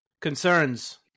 concerns